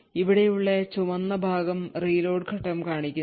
ഇവിടെയുള്ള ചുവന്ന ഭാഗം reload ഘട്ടം കാണിക്കുന്നു